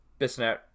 bisnet